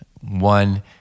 one